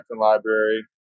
library